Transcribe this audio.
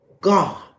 God